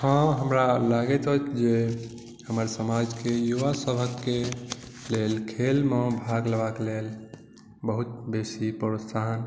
हँ हमरा लगैत अछि जे हमर समाजके युवा समाजके लेल खेलमे हम भाग लेबाके लेल बहुत बेसी प्रोत्साहन